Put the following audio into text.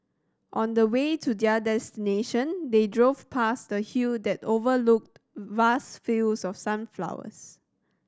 on the way to their destination they drove past a hill that overlooked vast fields of sunflowers